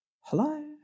hello